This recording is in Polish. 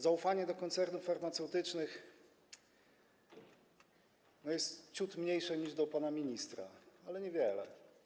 Zaufanie do koncernów farmaceutycznych jest ciut mniejsze niż do pana ministra, ale niewiele.